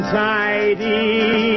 tidy